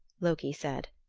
loki said.